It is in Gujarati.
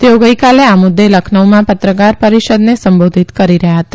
તેઓ ગઇકાલે આ મુદ્દે લખનઉમાં પત્રકાર પરિષદને સંબોધિત કરી રહ્યા હતા